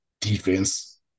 defense